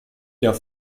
der